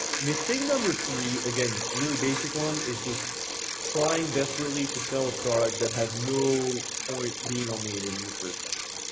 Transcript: mistake number three, again, really basic one is just trying desperately to sell a product that has no point being on native in the first place.